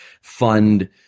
fund